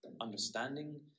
understanding